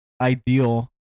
ideal